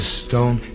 stone